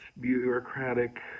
bureaucratic